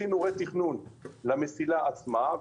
עשינו רה-תכנון למסילה עצמה.